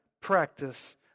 practice